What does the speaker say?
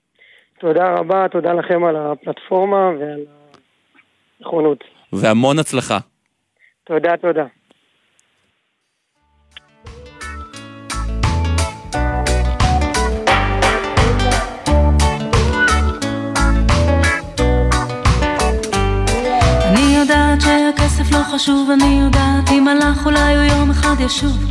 תודה רבה, תודה לכם על הפלטפורמה ועל הנכונות. והמון הצלחה. תודה, תודה. אני יודעת שהכסף לא חשוב, אני יודעת אם הלך אולי הוא יום אחד ישוב.